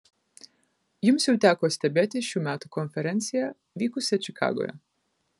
jums jau teko stebėti šių metų konferenciją vykusią čikagoje